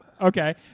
Okay